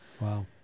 Wow